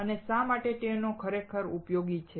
અને શા માટે તે ખરેખર ઉપયોગી છે